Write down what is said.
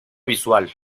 visual